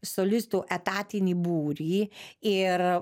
solistų etatinį būrį ir